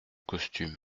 costume